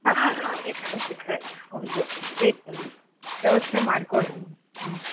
ಹಾಂ ಹಾಂ ಒಂದು ವೆಹ್ಕಲ್ ವ್ಯವಸ್ಥೆ ಮಾಡಿಕೊಡ್ರಿ ನೀವು ಹ್ಞೂ